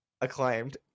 acclaimed